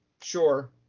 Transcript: sure